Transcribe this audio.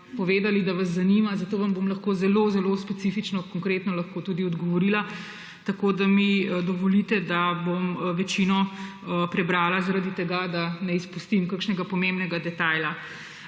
povedali, da vas zanima. Zato vam bom lahko zelo zelo specifično, konkretno tudi odgovorila. Dovolite mi, da bom večino prebrala, da ne izpustim kakšnega pomembnega detajla.